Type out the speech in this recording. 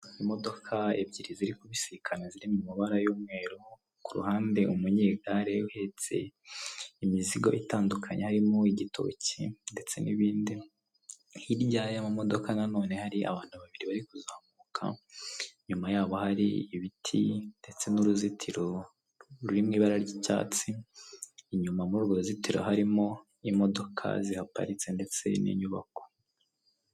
Imodoka ebyiri ziri kubisikana ziri mu mabara y'umweru ku ruhande umunyegare uhetse imizigo itandukanye harimo igitoki ndetse n'ibindi hirya mu modoka nanone hari abantu babiri bari kuzamuka nyuma yaho hari ibiti ndetse n'uruzitiro rurimo ibara ry'icyatsi inyuma yurwo ruzitiro harimo imodoka ziparitse ndetse n'inyubako .